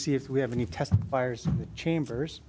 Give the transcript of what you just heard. see if we have any test fires chambers